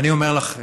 ואני אומר לכם: